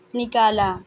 نکالا